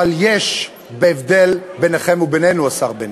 אבל יש הבדל ביניכם ובינינו, השר בנט: